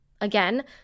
Again